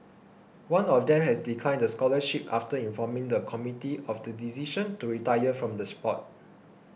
one of them has declined the scholarship after informing the committee of the decision to retire from the sport